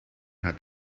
hat